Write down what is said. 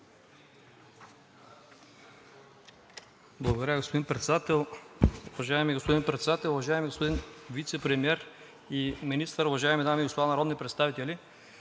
Благодаря, господин Председател. Уважаеми господин Председател, уважаеми господин Вицепремиер и министър, уважаеми дами и господа народни представители!